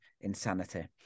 insanity